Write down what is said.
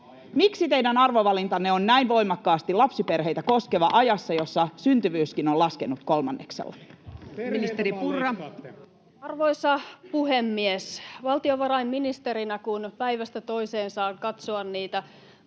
Miksi teidän arvovalintanne on näin voimakkaasti lapsiperheitä koskeva ajassa, jossa syntyvyyskin on laskenut kolmanneksella? Ministeri Purra. Arvoisa puhemies! Valtiovarainministerinä, kun päivästä toiseen saa katsoa niitä